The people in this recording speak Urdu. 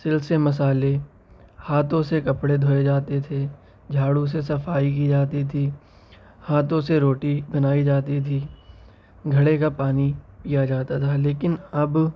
سل سے مسالے ہاتھوں سے کپڑے دھوئے جاتے تھے جھاڑو سے صفائی کی جاتی تھی ہاتھوں سے روٹی بنائی جاتی تھی گھڑے کا پانی پیا جاتا تھا لیکن اب